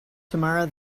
tamara